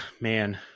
man